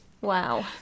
Wow